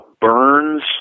Burns